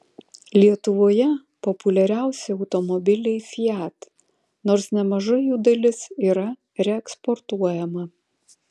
lietuvoje populiariausi automobiliai fiat nors nemaža jų dalis yra reeksportuojama